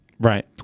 Right